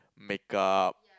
make-up